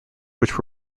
which